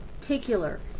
particular